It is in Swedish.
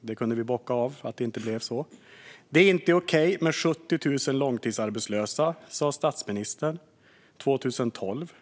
Det kunde vi bocka av; det blev inte så. Det är inte okej med 70 000 långtidsarbetslösa, sa statsministern 2012.